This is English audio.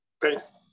Thanks